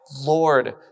Lord